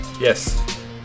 Yes